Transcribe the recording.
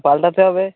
পালটাতে হবে